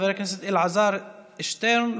חבר הכנסת אלעזר שטרן,